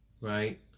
Right